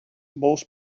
most